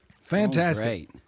Fantastic